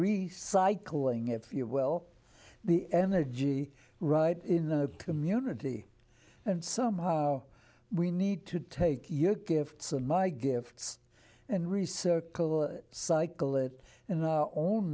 recycling if you well the energy right in the community and somehow we need to take your gifts and my gifts and re circle cycle that in our own